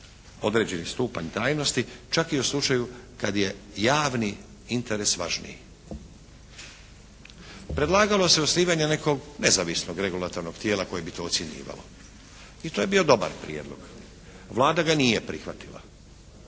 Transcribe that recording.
određeni stupanj tajnosti čak i u slučaju kad je javni interes važniji. Predlagalo se osnivanje nekog nezavisnog regulatornog tijela koje bi to ocjenjivalo i to je bio dobar prijedlog. Vlada ga nije prihvatila.